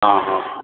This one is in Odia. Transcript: ହଁ ହଁ